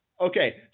Okay